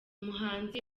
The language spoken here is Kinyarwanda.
muhanzi